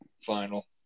final